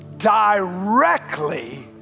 directly